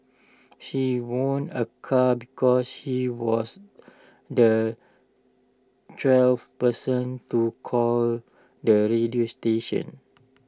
she won A car because she was the twelve person to call the radio station